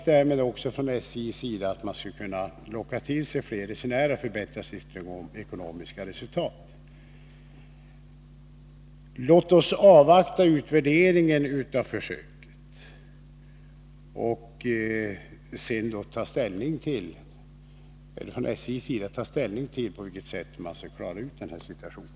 Från SJ:s sida hoppas man kunna locka till sig fler resenärer och förbättra sitt ekonomiska resultat. Låt oss avvakta utvärderingen av försöket, och låt sedan SJ ta ställning till på vilket sätt man skall klara ut den här situationen!